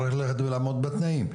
צריך ללכת ולעמוד בתנאים.